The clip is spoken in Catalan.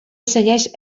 segueix